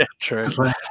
true